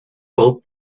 both